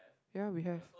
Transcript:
ya we have